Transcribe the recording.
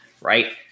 right